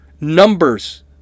Numbers